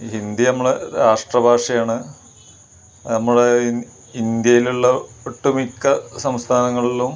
ഹിന്ദി നമ്മളുടെ രാഷ്ട്ര ഭാഷയാണ് നമ്മള് ഇ ഇന്ത്യയിലുള്ള ഒട്ടുമിക്ക സംസ്ഥാനങ്ങളിലും